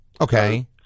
Okay